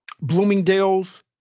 Bloomingdale's